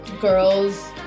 girls